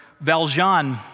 Valjean